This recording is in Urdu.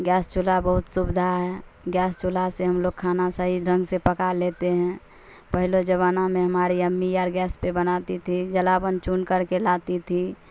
گیس چولہا بہت سویدھا ہے گیس چولہا سے ہم لوگ کھانا صحیح ڈھنگ سے پکا لیتے ہیں پہلے زمانہ میں ہماری امی اور گیس پہ بناتی تھی جلاون چن کر کے لاتی تھیں